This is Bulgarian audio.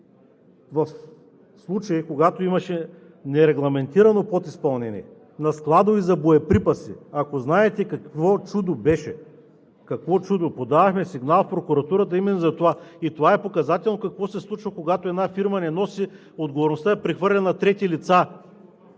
по случая, когато имаше нерегламентирано подизпълнение в складове за боеприпаси. Ако знаете какво чудо беше! Какво чудо! Подадохме сигнал в прокуратурата именно за това и това е показател какво се случва, когато една фирма не носи отговорността, а я прехвърля на трети лица.